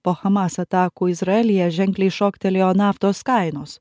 po hamas atakų izraelyje ženkliai šoktelėjo naftos kainos